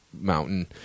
mountain